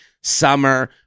Summer